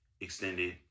extended